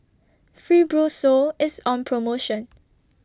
Fibrosol IS on promotion